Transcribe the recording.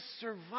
survive